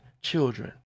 children